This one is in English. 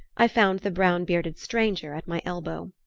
i found the brown-bearded stranger at my elbow.